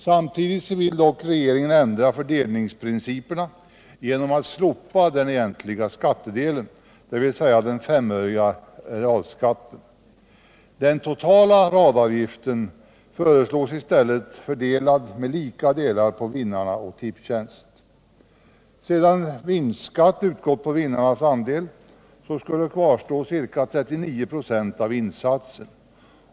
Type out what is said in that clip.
Samtidigt vill dock regeringen ändra fördelningsprinciperna genom att slopa den egentliga skattedelen, dvs. den S-öriga radskatten. Den totala radavgiften föreslås i stället fördelad med lika delar på vinnarna och Tipstjänst. Sedan vinstskatt utgått på vinnarnas andel skulle kvarstå ca 39 26 av insatsen.